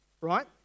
right